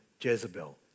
Jezebel